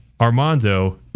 Armando